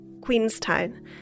Queenstown